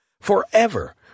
forever